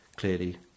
clearly